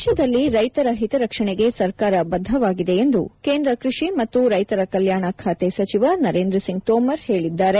ದೇಶದಲ್ಲಿ ರೈತರ ಹಿತರಕ್ಷಣೆಗೆ ಸರ್ಕಾರ ಬದ್ದವಾಗಿದೆ ಎಂದು ಕೇಂದ್ರ ಕೃಷಿ ಮತ್ತು ರೈತರ ಕಲ್ಯಾಣ ಖಾತೆ ಸಚಿವ ನರೇಂದ್ರ ಸಿಂಗ್ ತೋಮರ್ ಹೇಳಿದ್ದಾರೆ